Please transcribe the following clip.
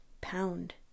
pound